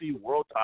world